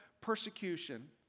persecution